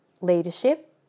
leadership